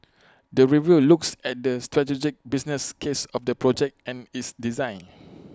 the review looks at the strategic business case of the project and its design